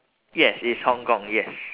yes it's hong kong yes